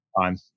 time